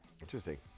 Interesting